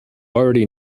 already